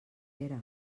era